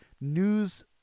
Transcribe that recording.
news